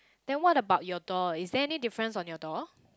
then what about your door is there any difference on your door